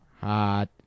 hot